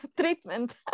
treatment